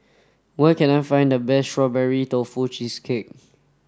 where can I find the best strawberry tofu cheesecake